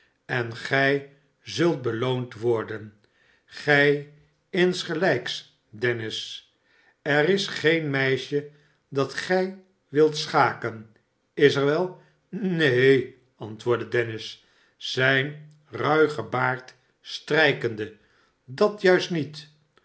en gij zult beloond worden gij insgelijks dennis er is geen meisje da tjn wilt schaken is er wel ne en antwoordde dennis zyn ruigen baard strijkende dat juist met